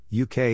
UK